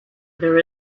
there